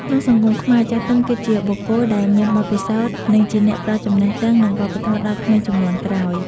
ក្នុងសង្គមខ្មែរ ចាស់ទុំ គឺជាបុគ្គលដែលមានបទពិសោធន៍ និងជាអ្នកផ្ដល់ចំណេះដឹង និង វប្បធម៌ដល់ក្មេងជំនាន់ក្រោយ។